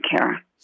care